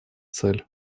цель